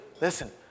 listen